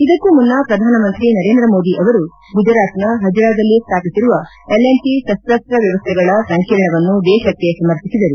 ಇದಕ್ಕೂ ಮುನ್ನ ಪ್ರಧಾನಮಂತ್ರಿ ನರೇಂದ್ರ ಮೋದಿ ಅವರು ಗುಜರಾತ್ನ ಹಜಿರಾದಲ್ಲಿ ಸ್ಥಾಪಿಸಿರುವ ಎಲ್ ಟಿ ಶಸ್ತಾಸ್ತ ವ್ಯವಸ್ಥೆಗಳ ಸಂಕೀರ್ಣವನ್ನು ದೇಶಕ್ಕೆ ಸಮರ್ಪಿಸಿದರು